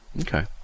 Okay